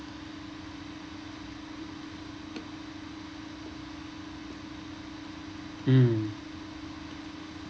mm